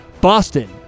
Boston